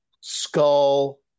skull